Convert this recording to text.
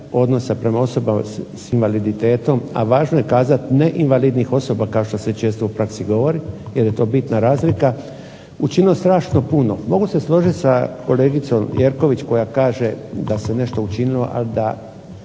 odnosa prema osobe sa invaliditetom a važno je kazati neinvalidnih osoba kao što se često u praksi govori, jer je to bitna razlika, učinilo strašno puno. Mogu se složiti sa kolegicom Jerković koja kaže da se nešto učinilo, a da